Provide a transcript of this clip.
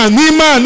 Nima